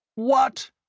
what!